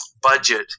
budget